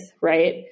right